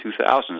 2000s